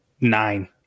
nine